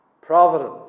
Providence